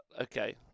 okay